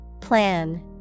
Plan